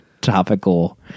topical